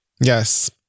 Yes